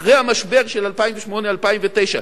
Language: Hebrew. אחרי המשבר של 2008 2009,